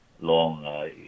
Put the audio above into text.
long